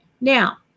Now